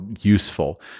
useful